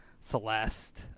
Celeste